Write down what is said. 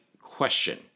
question